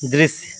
दृश्य